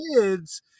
kids